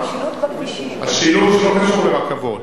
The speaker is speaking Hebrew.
השילוט לא קשור לרכבות.